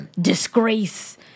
disgrace